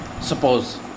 suppose